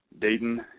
Dayton